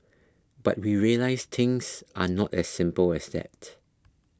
but we realised things are not as simple as that